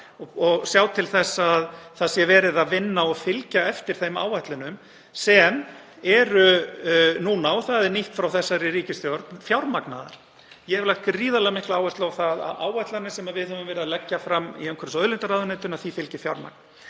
og sjá til þess að það sé verið að vinna eftir og fylgja eftir áætlunum sem eru núna, og það er nýtt frá þessari ríkisstjórn, fjármagnaðar. Ég hef lagt gríðarlega mikla áherslu á að áætlunum sem við höfum verið að leggja fram í umhverfis- og auðlindaráðuneytinu fylgi fjármagn.